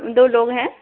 दो लोग हैं